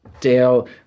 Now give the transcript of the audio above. Dale